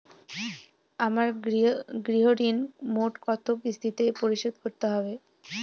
আমার গৃহঋণ মোট কত কিস্তিতে পরিশোধ করতে হবে?